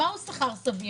מהו שכר סביר.